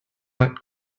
are